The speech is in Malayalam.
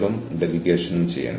ഈ ഓർഗനൈസേഷനിൽ അതിരുകളില്ല